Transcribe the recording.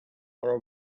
for